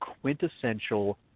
quintessential